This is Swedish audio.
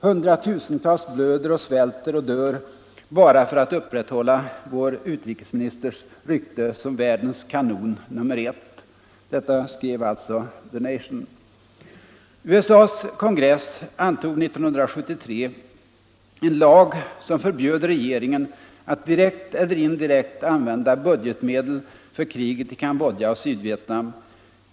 Hundratusentals blöder och svälter och dör bara för att upprätthålla vår utrikesministers rykte som världens kanon nummer ett.” USA:s kongress antog 1973 en lag som förbjöd regeringen att direkt eller indirekt använda budgetmedel för kriget i Cambodja och Sydvietnam.